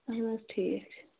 اَہَن حظ ٹھیٖک چھُ